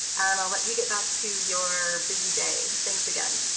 and i'll let you get back to your busy day, thanks again.